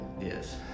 Yes